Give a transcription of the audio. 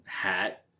hat